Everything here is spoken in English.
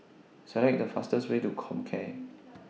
Select The fastest Way to Comcare